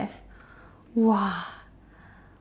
!wah!